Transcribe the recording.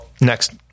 next